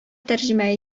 тәрҗемә